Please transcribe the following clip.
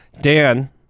Dan